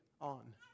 on